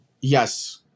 Yes